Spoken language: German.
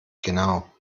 genau